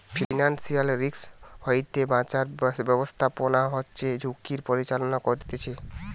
financial risk হইতে বাঁচার ব্যাবস্থাপনা হচ্ছে ঝুঁকির পরিচালনা করতিছে